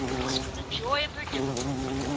as for the joy of her difficulty,